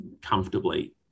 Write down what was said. comfortably